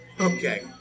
Okay